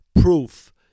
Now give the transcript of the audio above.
proof